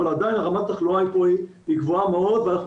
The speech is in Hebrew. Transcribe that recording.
אבל עדיין רמת התחלואה היא גבוהה מאוד ואנחנו